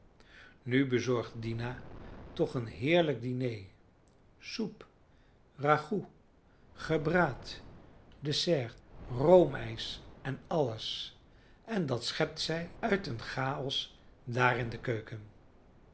nu bezorgt dina toch een heerlijk diner soep ragout gebraad dessert roomijs en alles en dat schept zij uit een chaos daar in de keuken